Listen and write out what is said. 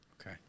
Okay